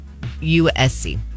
USC